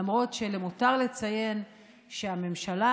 למרות שלמותר לציין שהממשלה,